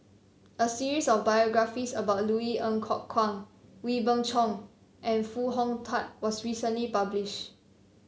a series of biographies about Louis Ng Kok Kwang Wee Beng Chong and Foo Hong Tatt was recently publish